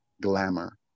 glamour